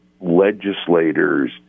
legislators